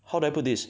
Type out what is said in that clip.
how do I put this